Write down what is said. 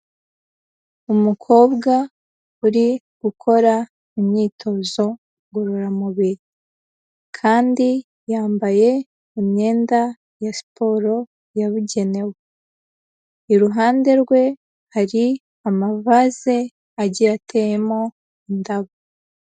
Umukobwa uri gukora imyitozo ngororamubiri kandi yambaye imyenda ya siporo yabugenewe, iruhande rwe hari amavaze agiye ateyemo indabo.